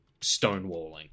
stonewalling